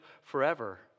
forever